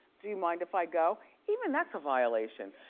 do you mind if i go? even that's a violation.